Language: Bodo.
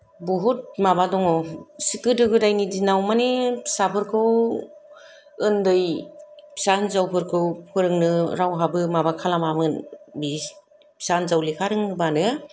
बहुद माबा दङ गोदो गोदायनि दिनाव माने फिसाफोरखौ ओन्दै फिसा हिनजावफोरखौ फोरोंनो रावहाबो माबा खालामामोन बे फिसा हिनजाव लेखा रोंबानो